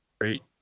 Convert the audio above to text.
Great